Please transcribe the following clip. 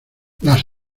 las